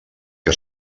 que